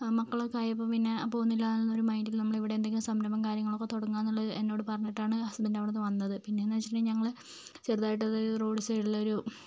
മക്കളൊക്കെ ആയപ്പോൾ പിന്നെ പോകുന്നില്ല എന്നൊരു മൈൻ്റിൽ ഇവിടെ എന്തെങ്കിലും സംരംഭം കാര്യങ്ങളൊക്കെ തുടങ്ങാമെന്നുള്ളൊരു എന്നോട് പറഞ്ഞിട്ടാണ് ഹസ്ബൻ്റ് അവിടെ നിന്ന് വന്നത് പിന്നെയെന്നു വെച്ചിട്ടുണ്ടെങ്കിൽ ഞങ്ങൾ ചെറുതായിട്ട് അതൊരു റോഡ് സൈഡിലൊരു